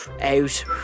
out